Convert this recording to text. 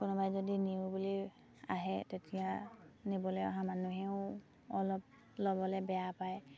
কোনোবাই যদি নিওঁ বুলি আহে তেতিয়া নিবলে অহা মানুহেও অলপ ল'বলে বেয়া পায়